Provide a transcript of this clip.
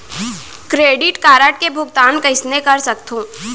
Credit card के भुगतान कइसने कर सकथो?